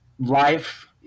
life